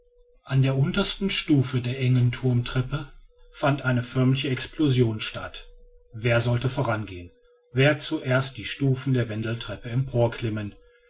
an der untersten stufe der engen thurmtreppe fand eine förmliche explosion statt wer sollte vorangehen wer zuerst die stufen der wendeltreppe